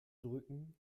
drücken